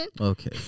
Okay